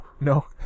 No